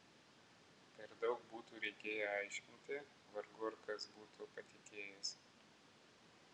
per daug būtų reikėję aiškinti vargu ar kas būtų patikėjęs